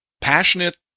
passionate